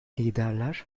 liderler